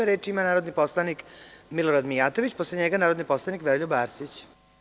Reč ima narodni poslanik Milorad Mijatović, a posle njega narodni poslanik Veroljub Arsić.